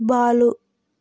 Balu